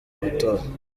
amatora